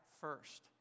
first